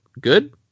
Good